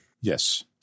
yes